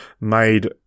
made